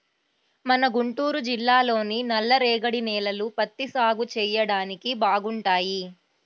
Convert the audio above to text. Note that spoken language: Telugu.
మన గుంటూరు జిల్లాలోని నల్లరేగడి నేలలు పత్తి సాగు చెయ్యడానికి బాగుంటాయి